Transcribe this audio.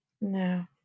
No